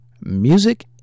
Music